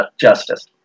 justice